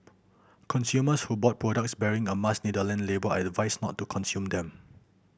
consumers who bought products bearing a Mars Netherland label are advised not to consume them